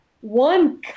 one